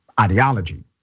ideology